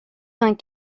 vingt